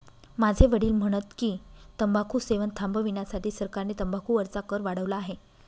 माझे वडील म्हणत होते की, तंबाखू सेवन थांबविण्यासाठी सरकारने तंबाखू वरचा कर वाढवला आहे